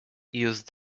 used